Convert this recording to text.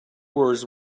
words